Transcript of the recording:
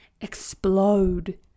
explode